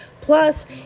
Plus